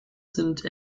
sind